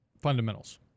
fundamentals